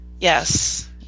yes